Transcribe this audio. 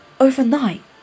Overnight